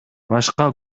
башка